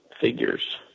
figures